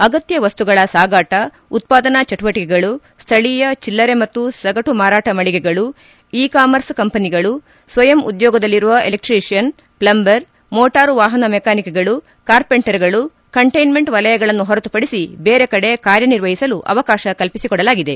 ಅಗತ್ಯ ವಸ್ತುಗಳ ಸಾಗಾಟ ಉತ್ಪಾದನಾ ಚಟುವಟಿಕೆಗಳು ಸ್ವಳೀಯ ಚಿಲ್ಲರೆ ಮತ್ತು ಸಗಟು ಮಾರಾಟ ಮಳಿಗೆಗಳು ಇ ಕಾಮರ್ಸ್ ಕಂಪನಿಗಳು ಸ್ವಯಂ ಉದ್ಯೋಗದಲ್ಲಿರುವ ಎಲೆಕ್ಟೀಷಿಯನ್ ಫ್ಲೆಂಬರ್ ಮೋಟಾರು ವಾಹನ ಮೆಕಾನಿಕ್ಗಳು ಕಾರ್ಪೆಂಟರ್ಗಳು ಕಂಟ್ಟಿನ್ಮೆಂಟ್ ವಲಯಗಳನ್ನು ಹೊರತುಪಡಿಸಿ ಬೇರೆಕಡೆ ಕಾರ್ಯನಿರ್ವಹಿಸಲು ಅವಕಾಶ ಕಲ್ಪಿಸಿಕೊಡಲಾಗಿದೆ